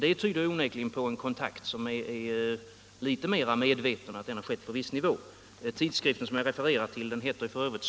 Det tyder onekligen på en kontakt som är litet mera medveten och att den har skett på viss nivå. Tidskriften som jag refererar till heter f.ö.